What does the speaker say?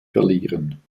verlieren